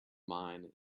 mine